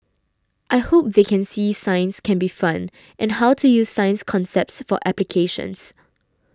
I hope they can see science can be fun and how to use science concepts for applications